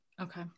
Okay